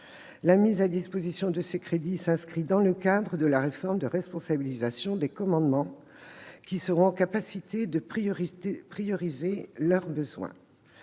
La mise à disposition de ces crédits s'inscrit dans le cadre de la réforme visant à responsabiliser les commandements, qui seront en mesure de prioriser leurs besoins.